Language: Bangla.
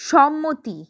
সম্মতি